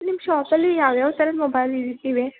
ನಿಮ್ಮ ಷಾಪಲ್ಲಿ ಯಾವ ಯಾವ ಥರದ ಮೊಬೈಲ್ ಇವೆ